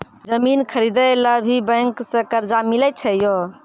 जमीन खरीदे ला भी बैंक से कर्जा मिले छै यो?